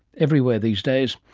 everywhere these days.